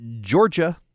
Georgia